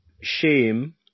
shame